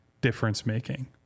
difference-making